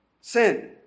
sin